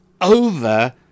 over